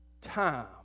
time